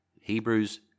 Hebrews